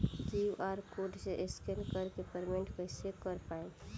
QR code से scan कर के पेमेंट कइसे कर पाएम?